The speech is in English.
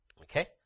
Okay